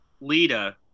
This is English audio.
Lita